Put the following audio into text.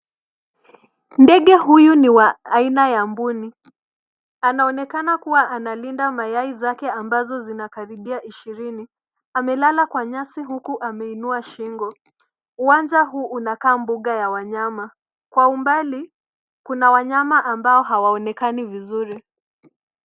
Ndege huyu ni wa aina ya mbuni. Anaonekana kuwa analinda mayai zake ambazo zinakaribia ishirini. Amelala kwa nyasi huku ameinua shingo. Uwanja huu unakaa mbuga ya wanyama. Kwa umbali kuna wanyama ambao hawaonekani vizuri.